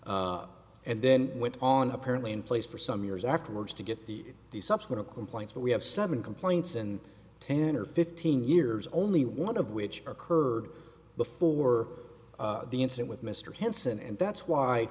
decade and then went on apparently in place for some years afterwards to get the subsequent complaints that we have seven complaints in ten or fifteen years only one of which occurred before the incident with mr henson and that's why